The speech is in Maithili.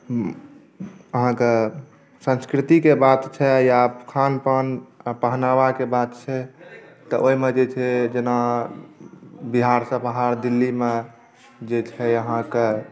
अहाँके संस्कृतिके बात छै या खान पान आ पहनावाके बात छै तऽ ओहिमे जे छै जेना बिहारसँ बाहर दिल्लीमे जे छै अहाँकेँ